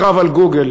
הקרב על "גוגל",